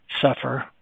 suffer